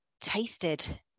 tasted